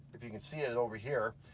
if you can see it it over here.